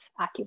acupuncture